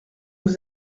vous